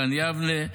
גן יבנה,